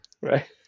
Right